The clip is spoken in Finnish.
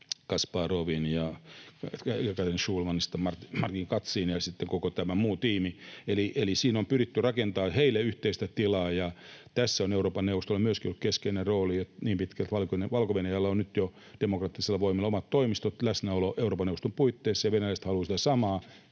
Kasparoviin ja Jekaterina Šulmanista Maksim Katziin ja sitten koko tälle muulle tiimille. Eli siinä on pyritty rakentamaan heille yhteistä tilaa, ja tässä on Euroopan neuvostolla myöskin ollut keskeinen rooli niin pitkään, että Valko-Venäjällä on nyt jo demokraattisilla voimilla omat toimistot, läsnäolo Euroopan neuvoston puitteissa, ja venäläiset haluavat sitä samaa.